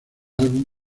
álbum